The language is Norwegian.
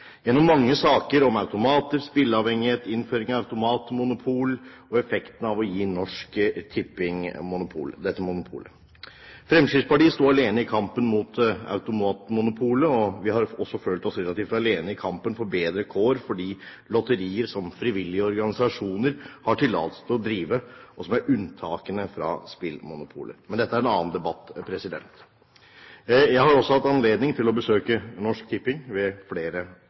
gjennom mange saker: om automater, om spilleavhengighet, om innføring av automatmonopol, og om effektene av å gi Norsk Tipping dette monopolet. Fremskrittspartiet sto alene i kampen mot automatmonopolet, og vi har også følt oss relativt alene i kampen for bedre kår for de lotterier som frivillige organisasjoner har tillatelse til å drive, og som er unntakene fra spillemonopolet. Men dette er en annen debatt. Jeg har også hatt anledning til å besøke Norsk Tipping ved flere